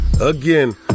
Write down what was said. Again